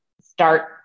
start